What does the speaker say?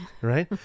right